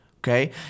okay